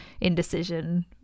indecision